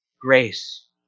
grace